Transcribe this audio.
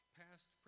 past